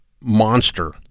monster